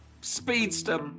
speedster